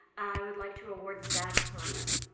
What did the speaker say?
i would like to award zach herman.